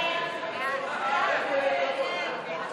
להסיר מסדר-היום